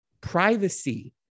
privacy